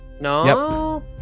No